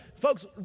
folks